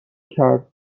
کرد